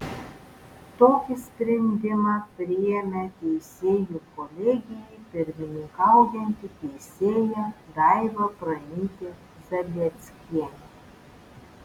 tokį sprendimą priėmė teisėjų kolegijai pirmininkaujanti teisėja daiva pranytė zalieckienė